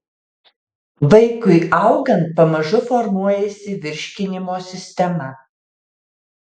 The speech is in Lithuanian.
vaikui augant pamažu formuojasi virškinimo sistema